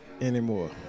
anymore